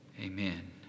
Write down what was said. amen